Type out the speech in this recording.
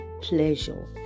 pleasure